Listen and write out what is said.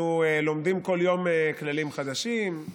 אנחנו לומדים כל יום כללים חדשים,